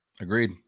Agreed